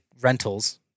rentals